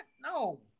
no